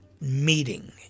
meeting